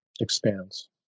expands